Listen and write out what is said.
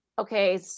Okay